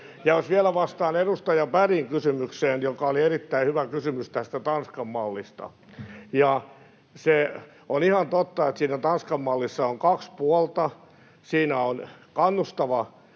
Ja jos vielä vastaan edustaja Bergin kysymykseen, joka oli erittäin hyvä kysymys tästä Tanskan mallista: On ihan totta, että siinä Tanskan mallissa on kaksi puolta. Siinä on kannustava